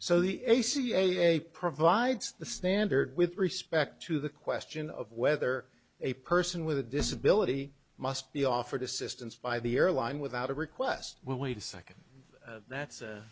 so the a c a provides the standard with respect to the question of whether a person with a disability must be offered assistance by the airline without a request well wait a second that's